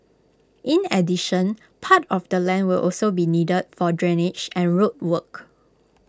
in addition part of the land will also be needed for drainage and road work